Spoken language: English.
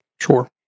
Sure